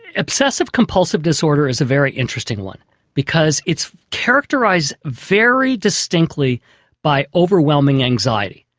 obsessive compulsive disorder is a very interesting one because it's characterised very distinctly by overwhelming anxiety.